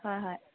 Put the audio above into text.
হয় হয়